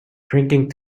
drinking